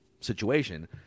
situation